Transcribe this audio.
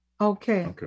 Okay